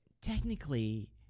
technically